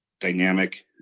dynamic